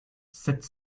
sept